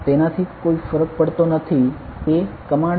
તેનથી કોઈ ફરક પડતો નથી તે કમાન્ડ છે